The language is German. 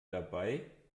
dabei